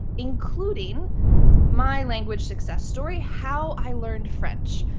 including my language success story how i learned french.